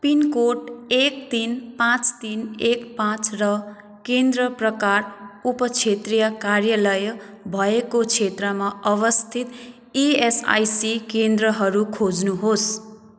pin code एक तिन पाँच तिन एक पाँच र केन्द्र प्रकार उपक्षेत्रीय कार्यालय भएको क्षेत्रमा अवस्थित इएसआइसी केन्द्रहरू खोज्नुहोस्